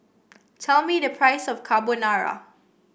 tell me the price of Carbonara